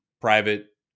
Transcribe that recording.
private